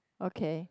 okay